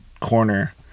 corner